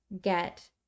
get